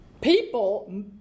people